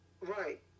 Right